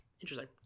interesting